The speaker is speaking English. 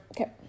Okay